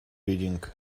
reading